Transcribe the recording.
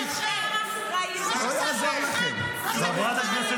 חבר הכנסת